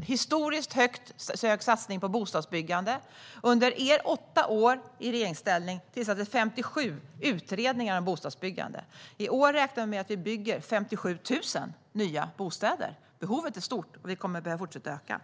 historiskt stor satsning på bostadsbyggande. Under era åtta år i regeringsställning tillsattes 57 utredningar om bostadsbyggande. I år räknar vi med att vi bygger 57 000 nya bostäder. Behovet är stort, och vi kommer att behöva att fortsätta att öka.